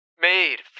made